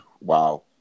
Wow